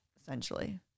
Essentially